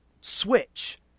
switch